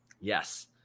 Yes